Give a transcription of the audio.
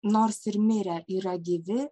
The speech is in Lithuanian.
nors ir mirę yra gyvi